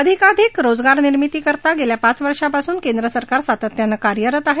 अधिकाधिक रोजगार निर्मितीकरता गेल्या पाच वर्षांपासून केंद्र सरकार सातत्यानं कार्यरत आहे